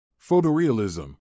photorealism